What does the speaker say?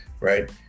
right